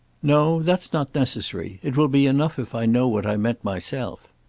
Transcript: no that's not necessary. it will be enough if i know what i meant myself.